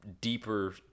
deeper